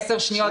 שניות,